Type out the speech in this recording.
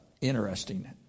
interesting